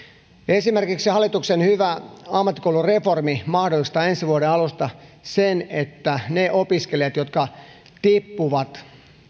esimerkiksi hallituksen hyvä ammattikoulureformi mahdollistaa ensi vuoden alusta sen että niille opiskelijoille jotka tippuvat